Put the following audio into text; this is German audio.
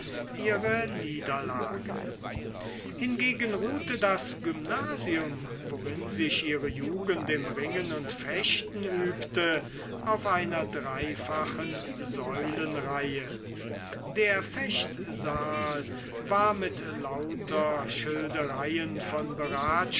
ihre niederlage hingegen ruhte das gymnasium worin sich ihre jugend im ringen und fechten übte auf einer dreifachen säulenreihe der fechtsaal war mit lauter schildereien von